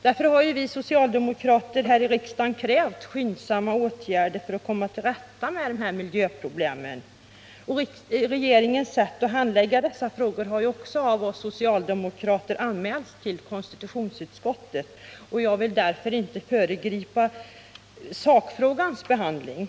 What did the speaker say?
Därför har vi socialdemokrater här i riksdagen krävt skyndsamma åtgärder för att man skall kunna komma till rätta med de här miljöproblemen. Vi socialdemokrater har också till konstitutionsutskottet anmält regeringens sätt att handlägga dessa frågor, och jag vill av den anledningen inte föregripa sakfrågans behandling.